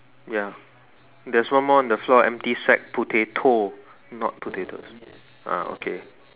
ya there's one more on the floor empty sack potato not potatoes ah okay